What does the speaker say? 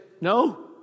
no